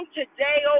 today